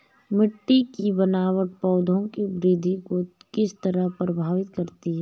मिटटी की बनावट पौधों की वृद्धि को किस तरह प्रभावित करती है?